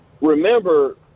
remember